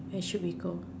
where should we go